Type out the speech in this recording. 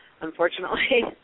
unfortunately